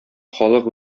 халык